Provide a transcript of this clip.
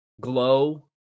Glow